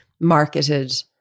marketed